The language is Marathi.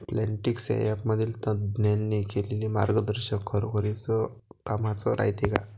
प्लॉन्टीक्स या ॲपमधील तज्ज्ञांनी केलेली मार्गदर्शन खरोखरीच कामाचं रायते का?